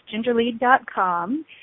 gingerlead.com